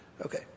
Okay